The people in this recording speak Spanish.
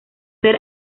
ser